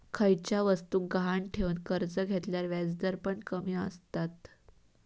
खयच्या वस्तुक गहाण ठेवन कर्ज घेतल्यार व्याजदर पण कमी आसतत